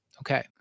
Okay